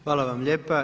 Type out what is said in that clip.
Hvala vam lijepa.